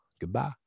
goodbye